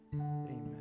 Amen